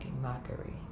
mockery